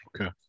Okay